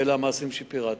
ואלה המעשים שפירטתי.